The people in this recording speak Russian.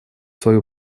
свою